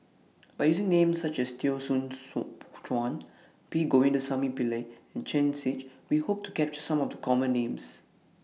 By using Names such as Teo Soon Food Chuan P Govindasamy Pillai and Chen Shiji We Hope to capture Some of The Common Names